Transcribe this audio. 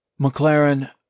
McLaren